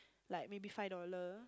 like maybe five dollar